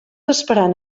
esperant